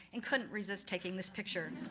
and couldn't resist taking this picture.